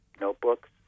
notebooks